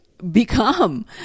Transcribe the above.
become